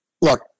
Look